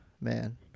man